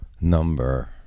number